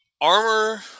armor